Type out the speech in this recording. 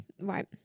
Right